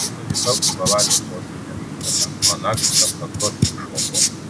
kai nuvykau į bavarijos sostinę miuncheną man akys ant kaktos iššoko